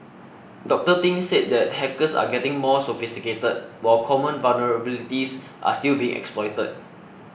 Doctor Thing said the hackers are getting more sophisticated while common vulnerabilities are still being exploited